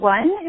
One